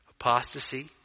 Apostasy